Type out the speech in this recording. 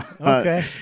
Okay